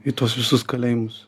į tuos visus kalėjimus